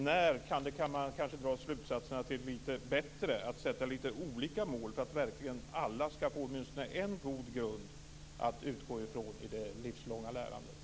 När kan man dra slutsatsen att det är bättre att sätta lite olika mål så att alla verkligen får en god grund att utgå från i det livslånga lärandet?